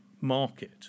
market